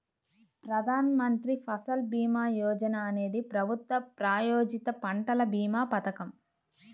ప్రధాన్ మంత్రి ఫసల్ భీమా యోజన అనేది ప్రభుత్వ ప్రాయోజిత పంటల భీమా పథకం